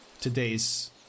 today's